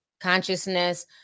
consciousness